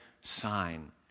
sign